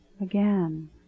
again